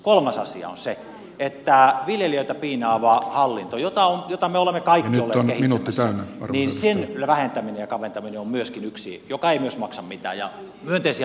kolmas asia on että viljelijöitä piinaava hallinto jota me olemme kaikki olleet kehittämässä sen vähentäminen ja kaventaminen on myöskin yksi joka ei myös maksa mitään ja myönteisiä vaikutuksia saa aikaan